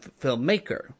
filmmaker